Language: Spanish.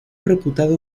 reputado